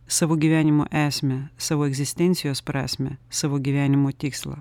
savo gyvenimo esmę savo egzistencijos prasmę savo gyvenimo tikslą